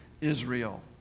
Israel